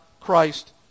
Christ